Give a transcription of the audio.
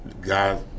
God